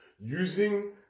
Using